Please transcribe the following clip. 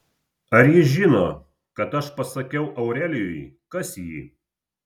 ar ji žino kad aš pasakiau aurelijui kas ji